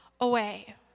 away